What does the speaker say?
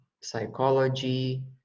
psychology